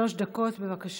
שלוש דקות, בבקשה.